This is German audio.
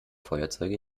feuerzeuge